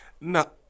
No